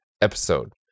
episode